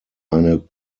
eine